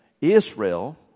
Israel